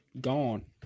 gone